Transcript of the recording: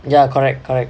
ya correct correct